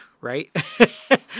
right